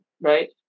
right